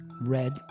red